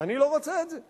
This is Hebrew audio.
אני לא רוצה את זה,